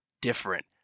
different